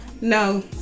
no